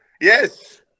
Yes